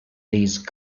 these